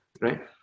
right